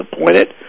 appointed